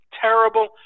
terrible